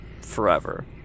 forever